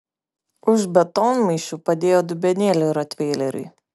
už betonmaišių padėjo dubenėlį rotveileriui